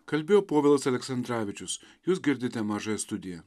kalbėjo povilas aleksandravičius jūs girdite mažąja studiją